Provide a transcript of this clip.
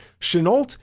Chenault